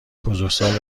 بزرگسال